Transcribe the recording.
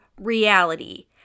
reality